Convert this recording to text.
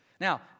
Now